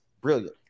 Brilliant